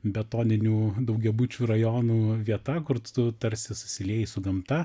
betoninių daugiabučių rajonų vieta kur tu tarsi susilieji su gamta